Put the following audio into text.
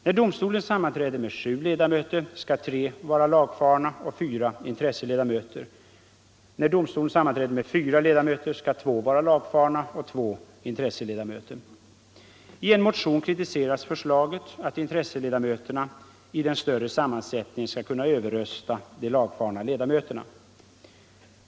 När domstolen sammanträder med sju ledamöter, skall tre vara lagfarna och fyra intresseledamöter. När domstolen sammanträder med fyra ledamöter skall två vara lagfarna och två vara intresseledamöter. I en motion kritiseras förslaget att intresseledamöterna i den större sammansättningen skall kunna överrösta de lagfarna ledamöterna.